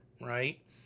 right